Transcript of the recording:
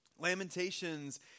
Lamentations